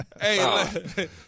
Hey